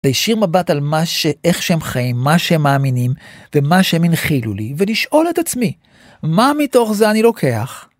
להיישיר מבט על איך שהם חיים, מה שהם מאמינים ומה שהם הנחילו לי ולשאול את עצמי מה מתוך זה אני לוקח.